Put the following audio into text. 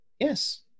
Yes